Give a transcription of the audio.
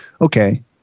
Okay